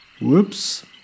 Whoops